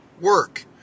work